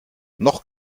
noch